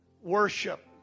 Worship